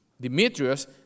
Demetrius